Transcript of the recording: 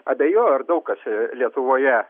abejoju ar daug kas lietuvoje